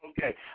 Okay